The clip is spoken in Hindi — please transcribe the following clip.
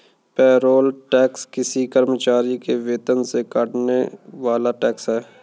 पेरोल टैक्स किसी कर्मचारी के वेतन से कटने वाला टैक्स है